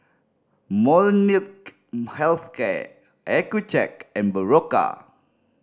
Molnylcke Health Care Accucheck and Berocca